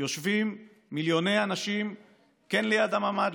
יושבים מיליוני אנשים כן ליד הממ"ד,